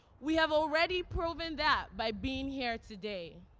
we have already proven that by being here today.